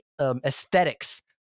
aesthetics